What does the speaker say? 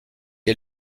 est